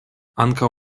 ankaŭ